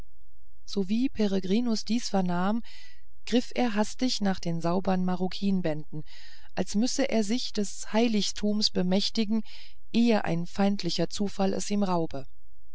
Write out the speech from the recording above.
sowie peregrinus dies vernahm griff er hastig nach den saubern maroquinbänden als müsse er sich des heiligtums bemächtigen ehe ein feindlicher zufall es ihm raube